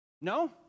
No